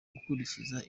gukurikiza